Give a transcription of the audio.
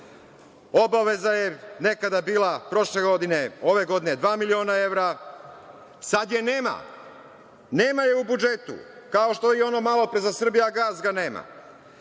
obaveza je nekada bila, prošle godine, ove godine dva miliona evra, sad je nema. Nema je u budžetu. Kao što ni ono malopre za „Srbijagas“ nema.